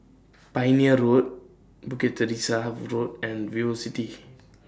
Pioneer Road Bukit Teresa Road and Vivocity